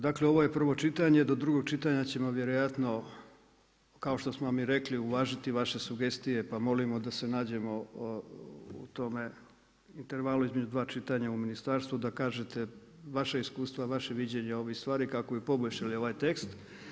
Dakle, ovo je prvo čitanja, do drugog čitanja ćemo vjerojatno, kao što smo vam i rekli, uvažiti vaše sugestije, pa molimo da se nađemo u tome intervalu između 2 čitanja u ministarstvu da kažete vaše iskustva, vaše viđenje ovih stvari kako bi poboljšali ovaj tekst.